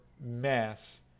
mass